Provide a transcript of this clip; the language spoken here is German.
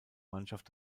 mannschaft